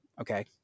Okay